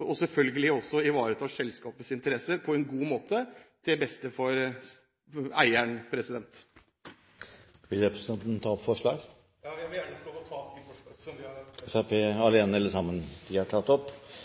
og selvfølgelig også selskapets interesser på en god måte til beste for eieren. Jeg vil gjerne få ta opp de forslag Fremskrittspartiet har